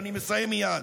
כן, אני מסיים מייד.